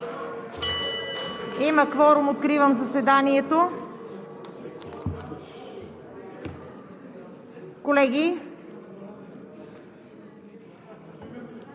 Има кворум. Откривам заседанието. Колеги,